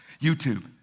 YouTube